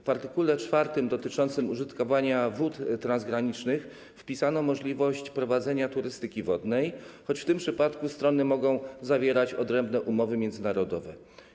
W art. 4, dotyczącym użytkowania wód transgranicznych, wpisano możliwość prowadzenia turystyki wodnej, choć w tym przypadku strony mogą zawierać odrębne umowy międzynarodowe.